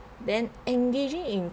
then engaging in